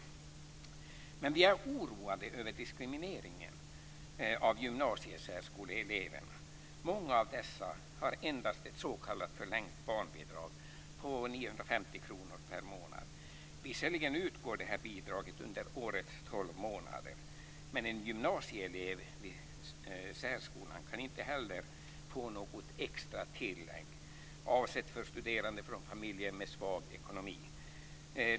Men vi är oroade över diskrimineringen av gymnasiesärskoleeleverna. Många av dessa har endast ett s.k. förlängt barnbidrag på 950 kr per månad. Visserligen utgår detta bidrag under årets tolv månader, men en gymnasieelev vid särskolan kan inte heller få något extra tillägg avsett för studerande från familjer med svag ekonomi.